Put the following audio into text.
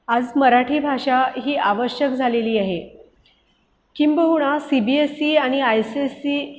आज मराठी भाषा ही आवश्यक झालेली आहे किंबहुना सी बी एस सी आणि आय सी एस सी